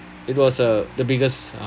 it was uh the biggest uh